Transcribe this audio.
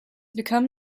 become